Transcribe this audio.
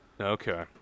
Okay